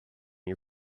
you